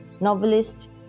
novelist